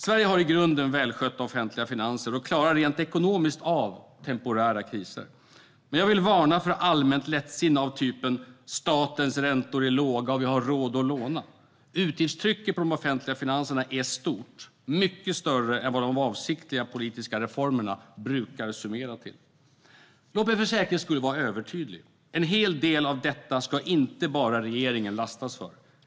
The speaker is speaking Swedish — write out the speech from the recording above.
Sverige har i grunden välskötta offentliga finanser och klarar rent ekonomiskt av temporära kriser. Men jag vill varna för allmänt lättsinne av typen "statens räntor är låga, och vi har råd att låna". Utgiftstrycket på de offentliga finanserna är stort - mycket större än vad avsiktliga politiska reformer brukar summeras till. Låt mig för säkerhets skull vara övertydlig: En hel del av detta ska inte bara regeringen lastas för.